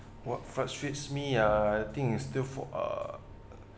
what frustrates me uh I think is still for uh